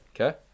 Okay